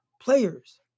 players